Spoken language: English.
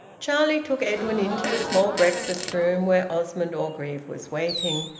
charlie took edwin into the small breakfast-room, where osmond orgreave was waiting,